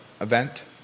event